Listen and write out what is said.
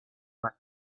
man